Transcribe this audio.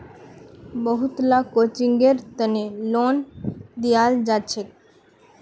बहुत ला कोचिंगेर तने लोन दियाल जाछेक